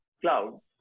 cloud